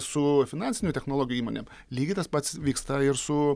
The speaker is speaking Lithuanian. su finansinių technologijų įmonėm lygiai tas pats vyksta ir su